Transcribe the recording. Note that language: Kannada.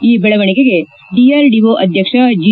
ಈ ಬೆಳವಣಿಗೆಗೆ ಡಿಆರ್ಡಿಒ ಅಧ್ಯಕ್ಷ ಜಿ